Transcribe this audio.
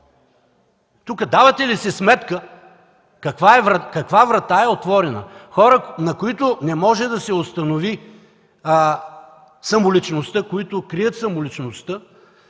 Тук давате ли си сметка каква врата е отворена? Хора, на които не може да се установи самоличността, които крият самоличността